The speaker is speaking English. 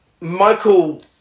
Michael